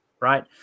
right